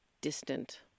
distant